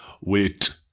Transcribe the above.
wait